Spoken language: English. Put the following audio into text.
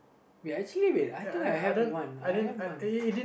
wait actually wait I think I have one I have one